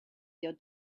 your